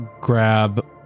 grab